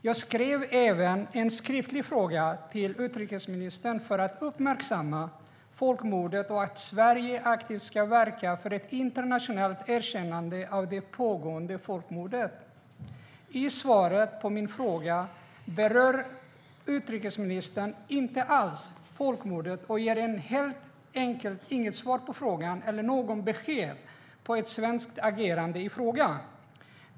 Jag ställde även en skriftlig fråga till utrikesministern för att uppmärksamma folkmordet och att Sverige aktivt ska verka för ett internationellt erkännande av det pågående folkmordet. I svaret på min fråga berör utrikesministern inte alls folkmordet. Hon ger helt enkelt inget svar på frågan eller något besked om ett svenskt agerande.